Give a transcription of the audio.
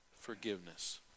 forgiveness